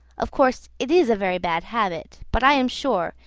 of course, it is a very bad habit but i am sure,